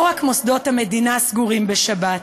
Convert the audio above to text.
לא רק מוסדות המדינה סגורים בשבת,